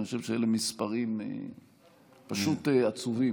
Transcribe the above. אני חושב שאלה מספרים פשוט עצובים.